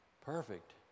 perfect